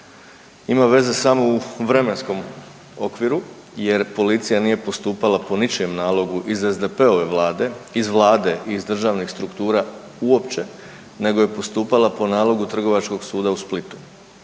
ima veze samo u vremenskom okviru jer policija nije postupala po ničijem nalogu iz SDP-ove vlade, iz vlade i iz državnih struktura uopće nego je postupala po nalogu Trgovačkog suda u Splitu.